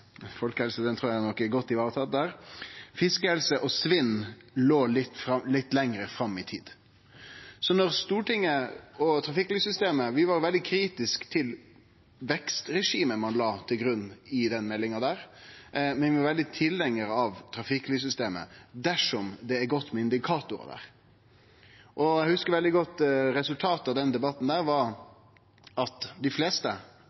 folkehelse, nei, fiskehelse – folkehelse trur eg nok er godt varetatt – og svinn låg litt lenger fram i tid. Når det gjeld trafikklyssystemet, var vi veldig kritiske til vekstregimet ein la til grunn i den meldinga, men vi var veldige tilhengarar av trafikklyssystemet, dersom det er godt med indikatorar der. Eg hugsar veldig godt at resultatet av den debatten var at dei fleste